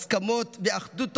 הסכמות ואחדות,